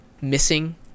missing